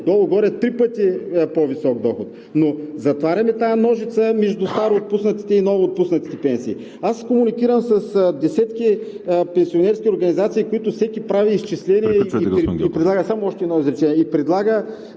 долу-горе три пъти по-висок доход. Но затваряме тази ножица между староотпуснатите и новоотпуснатите пенсии. Аз комуникирам с десетки пенсионерски организации, като всеки прави изчисления и предлага… ПРЕДСЕДАТЕЛ